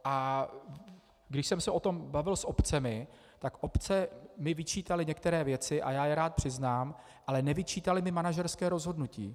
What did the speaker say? A když jsem se o tom bavil s obcemi, tak obce mi vyčítaly některé věci a já je rád přiznám, ale nevyčítaly mi manažerské rozhodnutí.